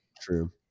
True